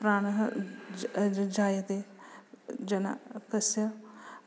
प्राणः जायते जनः तस्य